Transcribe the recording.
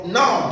now